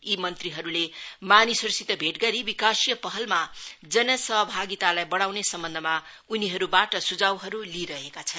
यी मन्त्रीहरूले मानिसहरूसित भेट गरी विकाशीय पहलमा जन सहभागितालाई बढाउने सम्बन्धमा उनीहरूबाट सुझावहरू लिइरहेका छन्